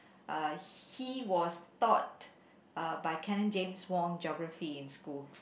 uh he was taught by canon James-Wong geography in school